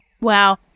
wow